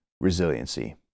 Resiliency